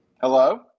Hello